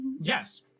Yes